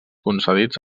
concedits